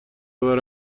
ببرم